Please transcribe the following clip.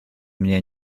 mnie